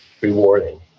rewarding